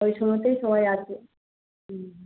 ওই সময়তেই সবাই আসবে